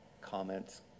comments